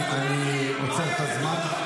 אני עוצר את הזמן.